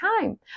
time